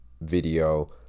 video